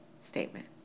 statement